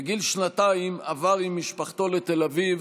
בגיל שנתיים עבר עם משפחתו לתל אביב,